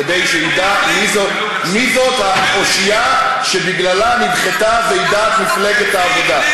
כדי שידע מי זאת האושיה שבגללה נדחתה ועידת מפלגת העבודה.